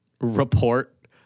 report